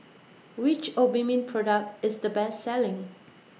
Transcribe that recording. Which Obimin Product IS The Best Selling